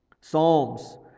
Psalms